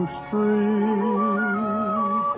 street